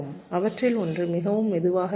அவற்றில் ஒன்று மிகவும் மெதுவாக இருக்கும்